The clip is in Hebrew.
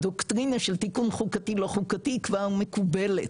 הדוקטרינה של תיקון חוקתי לא חוקתי כבר מקובלת,